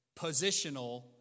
positional